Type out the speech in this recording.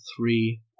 three